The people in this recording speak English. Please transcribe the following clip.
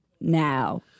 now